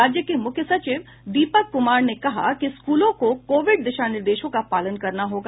राज्य के मुख्य सचिव दीपक कुमार ने कहा कि स्कूलों को कोविड दिशा निर्देशों का पालन करना होगा